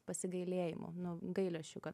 pasigailėjimu gailesčiu kad